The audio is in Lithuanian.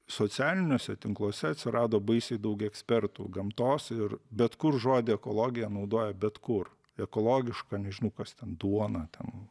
socialiniuose tinkluose atsirado baisiai daug ekspertų gamtos ir bet kur žodį ekologija naudoja bet kur ekologiška nežinau kas ten duona ten